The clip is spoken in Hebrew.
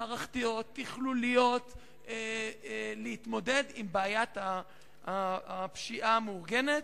מערכתיות ותכלוליות להתמודד עם בעיית הפשיעה המאורגנת.